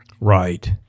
Right